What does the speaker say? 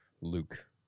Luke